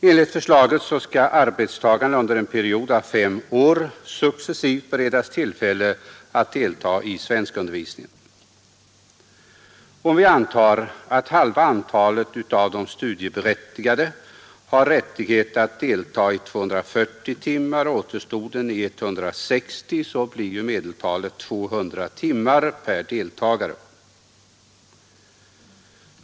Enligt förslaget skall arbetstagaren under en period av fem år successivt beredas tillfälle att delta i svenskundervisningen. Om vi antar att halva antalet av de studieberättigade har rättighet att delta i 240 timmar och återstoden i 160, blir medeltalet 200 timmar per deltagare.